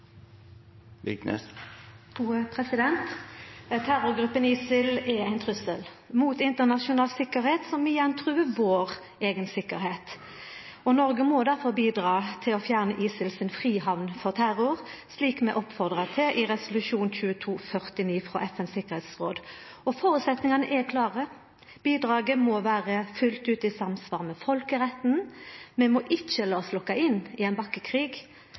ein trussel mot internasjonal sikkerheit, som igjen truar vår eiga sikkerheit. Noreg må difor bidra til å fjerna ISILs frihamn for terror, slik det blir oppfordra til i resolusjon 2249 frå FNs tryggingsråd. Føresetnadene er klare: Bidraget må vera fullt ut i samsvar med folkeretten, vi må ikkje la oss lokka inn i ein